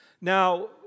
Now